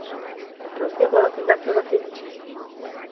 अड़ोसी पड़ोसी देखतै तऽ सिल